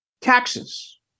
Taxes